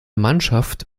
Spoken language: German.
mannschaft